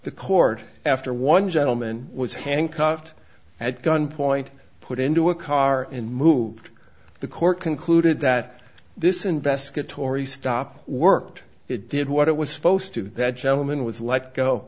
the court after one gentleman was handcuffed at gunpoint put into a car and moved the court concluded that this investigatory stop worked it did what it was supposed to that gentleman was let go